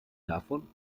davon